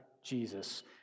Jesus